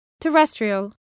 terrestrial